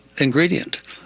Ingredient